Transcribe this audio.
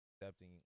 accepting